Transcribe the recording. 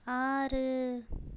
ஆறு